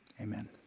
amen